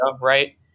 right